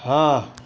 हँ